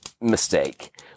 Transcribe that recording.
mistake